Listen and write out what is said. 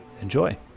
Enjoy